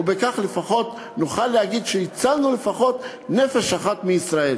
ובכך לפחות נוכל להגיד שהצלנו לפחות נפש אחת מישראל.